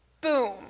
Boom